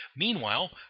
Meanwhile